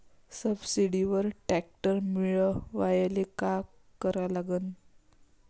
सबसिडीवर ट्रॅक्टर मिळवायले का करा लागन?